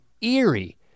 eerie